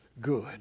good